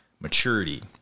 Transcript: maturity